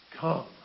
Come